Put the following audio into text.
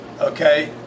Okay